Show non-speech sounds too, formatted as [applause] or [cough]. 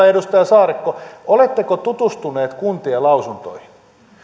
[unintelligible] edustaja saarikko oletteko tutustuneet kuntien lausuntoihin